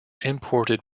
imported